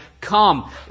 come